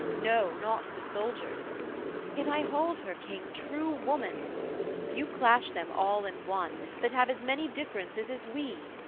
no, not the soldier's yet i hold her, king, true woman you clash them all in one, that have as many differences as we.